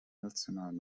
nationalen